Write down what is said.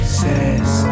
says